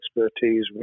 expertise